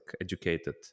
educated